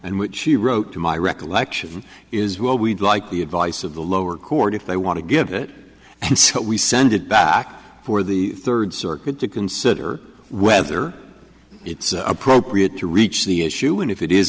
and what she wrote to my recollection is well we'd like the advice of the lower court if they want to give it and so we send it back for the third circuit to consider whether it's appropriate to reach the issue and if it is